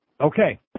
Okay